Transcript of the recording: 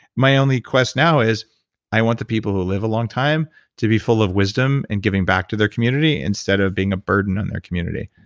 my only quest now is i want the people who live a long time to be full of wisdom and giving back to their community, instead of being a burden on their community.